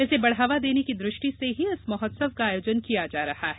इसे बढ़ावा देने की दृष्टि से ही इस महोत्व का आयोजन किया जा रहा है